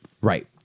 Right